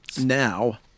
now